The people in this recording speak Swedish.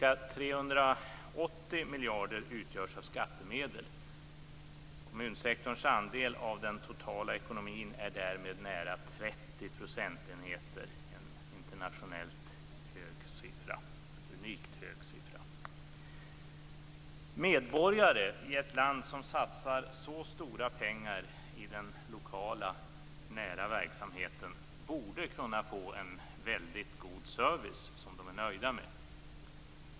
Ca 380 miljarder utgörs av skattemedel. Kommunsektorns andel av den totala ekonomin är därmed nära 30 %, en internationellt unikt hög siffra. Medborgare i ett land som satsar så stora pengar i den lokala, nära verksamheten borde kunna få en väldigt god service som de är nöjda med.